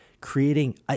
creating